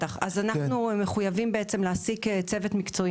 אנחנו מחויבים להעסיק צוות מקצועי